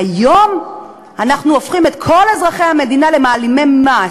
היום אנחנו הופכים את כל אזרחי המדינה למעלימי מס,